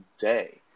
day